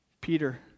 Peter